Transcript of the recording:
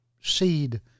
seed